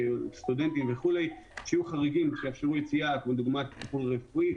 סטודנטים וכו' שיהיו חריגים שיאפשרו יציאה דוגמת טיפול רפואי,